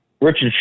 Richard